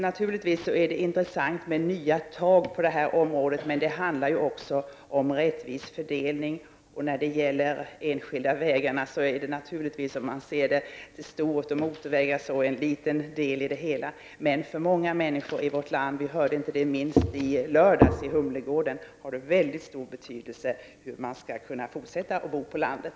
Naturligtvis är det intressant med nya tag på detta område, men det handlar också om att det skall vara en rättvis fördelning. De enskilda vägarna är naturligtvis jämfört med motorvägar en liten del i det stora perspektivet. Men för många människor i vårt land — inte minst hörde vi detta i lördags i Humlegården — har dessa vägar stor betydelse för om man skall kunna fortsätta att bo på landet.